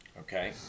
Okay